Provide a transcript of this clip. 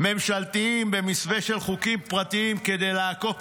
ממשלתיים במסווה של חוקים פרטיים כדי לעקוף